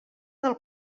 del